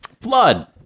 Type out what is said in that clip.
Flood